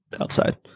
outside